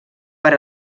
per